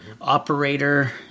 operator